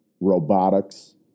robotics